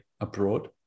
abroad